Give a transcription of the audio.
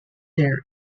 hair